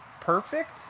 perfect